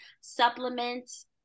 supplements